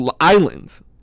islands